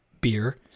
Beer